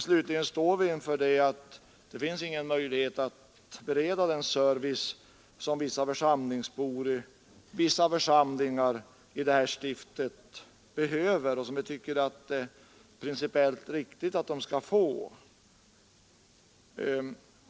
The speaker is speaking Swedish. Slutligen står vi inför situationen att det inte finns någon möjlighet att bereda den service som en del församlingsbor i vissa församlingar i det här stiftet behöver och som vi tycker att det är principiellt riktigt att de skall få.